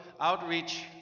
outreach